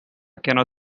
cannot